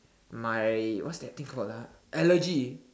my what's that thing called ah allergy